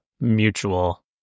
mutual